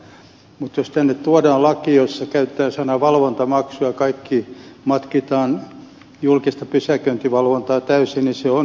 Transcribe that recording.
mutta jos tänne tuodaan laki jossa käytetään sanaa valvontamaksu ja kaikki matkitaan julkisesta pysäköin ninvalvonnasta täysin niin se on julkista toimintaa